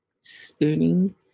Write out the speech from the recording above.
spooning